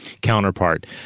counterpart